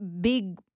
big